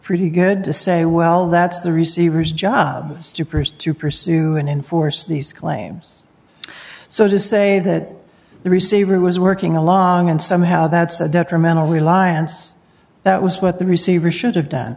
pretty good to say well that's the receiver's job stupors to pursue and in force these claims so to say that the receiver was working along and somehow that's a detrimental reliance that was what the receiver should have done